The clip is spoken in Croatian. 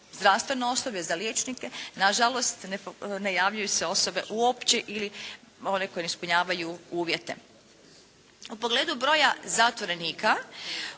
zdravstveno osoblje i za liječnike, na žalost ne javljaju se osobe uopće ili one koje ne ispunjavaju uvjete. U pogledu broja zatvorenika